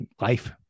life